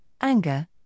anger